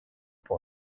pour